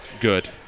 good